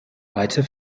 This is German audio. weiter